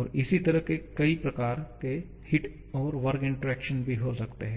और इसी तरह के कई प्रकार के हीट और वर्क इंटरैक्शन भी हो सकते हैं